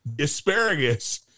asparagus